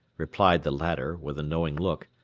replied the latter, with a knowing look,